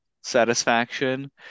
satisfaction